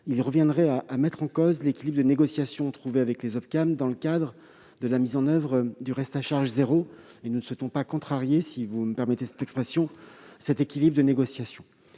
reviendrait à mettre en cause l'équilibre de négociation trouvé avec les OCAM dans le cadre de la mise en oeuvre du reste à charge zéro. Nous ne souhaitons pas contrarier, si vous me passez l'expression, cet équilibre de négociation.